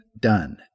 done